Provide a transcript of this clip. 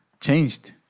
changed